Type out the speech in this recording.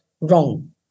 wrong